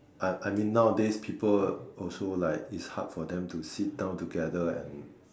I I mean nowadays people also like is hard for them to sit down together and